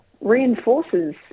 reinforces